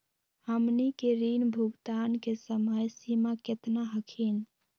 हमनी के ऋण भुगतान के समय सीमा केतना हखिन?